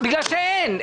בגלל שאין.